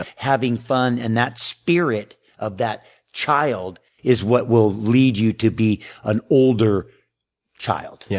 having fun and that spirit of that child is what will lead you to be an older child. yeah